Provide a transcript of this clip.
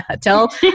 tell